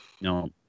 No